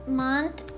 month